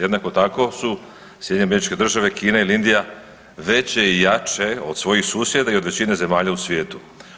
Jednako tako su SAD, Kina ili Indija veće i jače od svojih susjeda i od većine zemalja u svijetu.